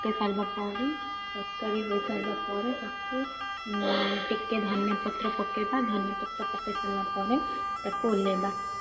ପକେଇ ସାରିବା ପରେ ତରକାରୀ ହୋଇସାରିବା ପରେ ତା'କୁ ଟିକେ ଧନିଆ ପତ୍ର ପକେଇବା ଧନିଆପତ୍ର ପକେଇ ସାରିବା ପରେ ତା'କୁ ଓଲ୍ହେଇବା